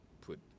put